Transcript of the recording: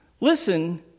Listen